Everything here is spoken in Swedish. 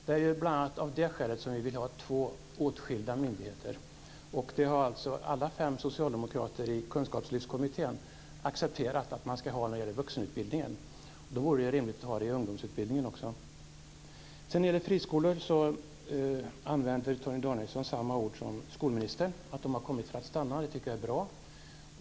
Det är bl.a. av det skälet som vi vill ha två skilda myndigheter, och det har alltså alla fem socialdemokratiska ledamöter i Kunskapslyftskommittén accepterat att man ska ha när det gäller vuxenutbildning. Då vore det rimligt att ha det också i ungdomsutbildningen. När det gäller friskolor använder Torgny Danielsson samma ord som skolministern. De har kommit för att stanna, och det tycker jag är bra.